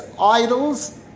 idols